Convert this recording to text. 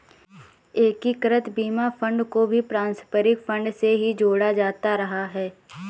एकीकृत बीमा फंड को भी पारस्परिक फंड से ही जोड़ा जाता रहा है